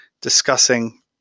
discussing